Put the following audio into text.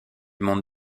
monde